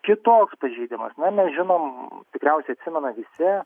kitoks pažeidimas na mes žinom tikriausiai atsimena visi